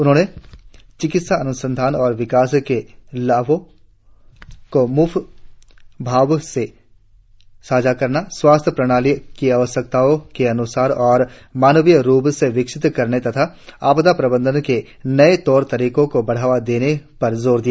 उन्होंने चिकित्सा अन्संधान और विकास के लाभों को म्क्तभाव से साझा करने स्वास्थ्य प्रणाली को आवश्यकता के अन्सार और मानवीय रूप में विकसित करने तथा आपदा प्रबंधन के नये तौर तरीकों को बढ़ावा देने पर जोर दिया